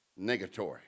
Negatory